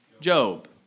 Job